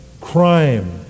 crime